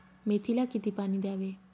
मेथीला किती पाणी द्यावे?